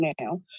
now